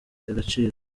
agaciro